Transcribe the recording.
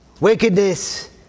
wickedness